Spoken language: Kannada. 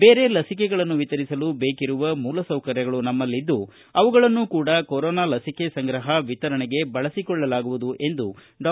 ಬೇರೆ ಲಸಿಕೆಗಳನ್ನು ವಿತರಿಸಲು ಬೇಕಿರುವ ಮೂಲಸೌಕರ್ಯಗಳು ನಮ್ಮಲ್ಲಿದ್ದು ಅವುಗಳನ್ನು ಕೂಡಾ ಕೊರೊನಾ ಲಸಿಕೆ ಸಂಗ್ರಹ ವಿತರಣೆಗೆ ಬಳಸಿಕೊಳ್ಳಲಾಗುವುದು ಎಂದು ಡಾ